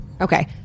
Okay